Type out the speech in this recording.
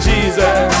Jesus